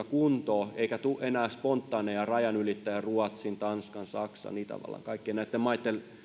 kuntoon eikä tule enää spontaaneja rajanylittäjiä ruotsin tanskan saksan itävallan kaikkien näitten maitten